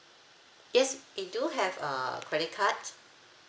yes we do have uh credit card